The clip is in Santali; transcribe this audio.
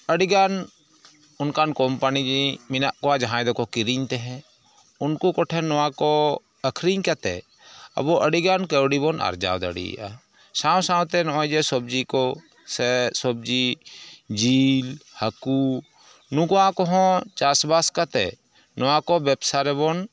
ᱟᱹᱰᱤᱜᱟᱱ ᱚᱱᱠᱟᱱ ᱠᱳᱢᱯᱟᱱᱤ ᱢᱮᱱᱟᱜ ᱠᱚᱣᱟ ᱡᱟᱦᱟᱸᱭ ᱫᱚᱠᱚ ᱠᱤᱨᱤᱧ ᱛᱟᱦᱮᱫ ᱩᱱᱠᱩ ᱠᱚᱴᱷᱮᱱ ᱱᱚᱣᱟ ᱠᱚ ᱟᱠᱹᱷᱨᱤᱧ ᱠᱟᱛᱮᱫ ᱟᱵᱚ ᱟᱹᱰᱤᱜᱟᱱ ᱠᱟᱹᱣᱰᱤ ᱵᱚᱱ ᱟᱨᱡᱟᱣ ᱫᱟᱲᱮᱭᱟᱜᱼᱟ ᱥᱟᱶ ᱥᱟᱶᱛᱮ ᱱᱚᱜᱼᱚᱭ ᱡᱮ ᱥᱚᱵᱽᱡᱤ ᱠᱚ ᱥᱮ ᱥᱚᱵᱽᱡᱤ ᱡᱤᱞ ᱦᱟᱹᱠᱩ ᱱᱩᱠᱩᱣᱟᱜ ᱠᱚᱦᱚᱸ ᱪᱟᱥᱵᱟᱥ ᱠᱟᱛᱮᱫ ᱱᱚᱣᱟ ᱠᱚ ᱵᱮᱵᱥᱟ ᱨᱮᱵᱚᱱ